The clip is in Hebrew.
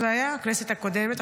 זה היה בכנסת הקודמת,